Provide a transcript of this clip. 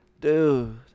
dude